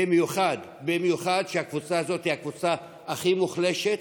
במיוחד שהקבוצה הזאת היא הקבוצה הכי מוחלשת,